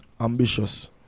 ambitious